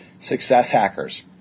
successhackers